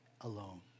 alone